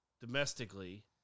domestically